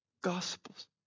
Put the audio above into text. gospels